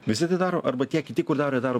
visi tai daro arba tie kiti kur daro jie daro